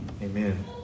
Amen